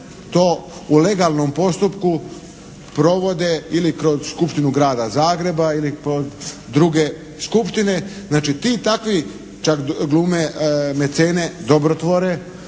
to u legalnom postupku provode ili kroz Skupštinu Grada Zagreba ili kod druge skupštine. Znači, ti takvi čak glume mecene, dobrotvore.